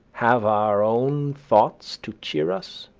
have our own thoughts to cheer us?